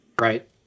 Right